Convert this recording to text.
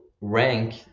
rank